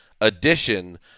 Edition